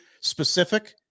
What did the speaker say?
specific